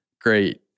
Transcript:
great